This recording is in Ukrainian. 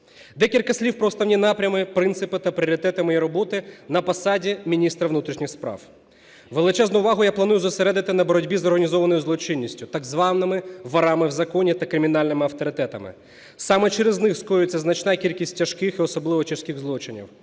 Декілька слів про основні напрями, принципи та пріоритети моєї роботи на посаді міністра внутрішніх справ. Величезну увагу я планую зосередити на боротьбі з організованою злочинністю, так званими "ворами в законі" та кримінальними авторитетами. Саме через них скоюється значна кількість тяжких і особливо тяжких злочинів.